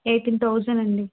eighteen thousand అండి